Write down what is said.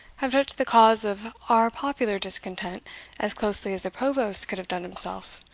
have touched the cause of our popular discontent as closely as the provost could have done himself.